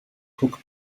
coca